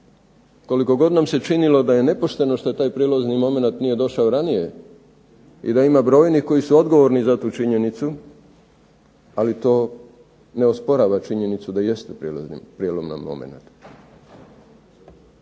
Koliko god nam se činilo da je nepošteno što taj prijelomni momenat nije došao ranije i da ima brojnih koji su odgovorni za tu činjenicu ali to ne osporava činjenicu da jeste prijelomni moment.